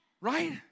right